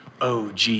OG